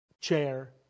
chair